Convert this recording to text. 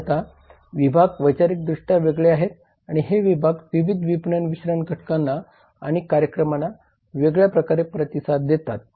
भिन्नता विभाग वैचारिकदृष्ट्या वेगळे आहेत आणि हे विभाग विविध विपणन मिश्रण घटकांना आणि कार्यक्रमांना वेगळ्या प्रकारे प्रतिसाद देतात